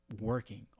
working